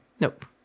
Nope